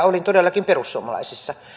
olin todellakin perussuomalaisissa